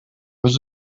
was